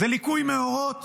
זה ליקוי מאורות